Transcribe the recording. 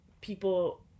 people